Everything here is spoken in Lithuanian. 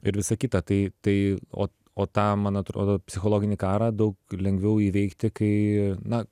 ir visa kita tai tai o o tą man atrodo psichologinį karą daug lengviau įveikti kai na